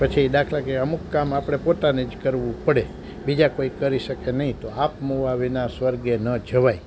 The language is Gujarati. પછી દાખલા કે અમુક કામ આપણે પોતાને જ કરવું પડે બીજા કોઈ કરી શકે નહીં તો આપ મુઆ વિના સ્વર્ગે ન જવાય